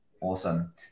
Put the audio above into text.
Awesome